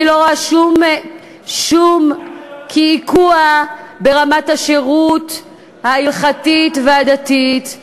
אני לא רואה שום קעקוע ברמת השירות ההלכתית והדתית,